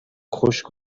خشک